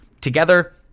Together